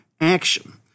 action